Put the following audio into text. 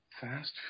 Fast